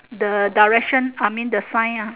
the direction I mean the sign ah